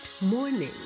morning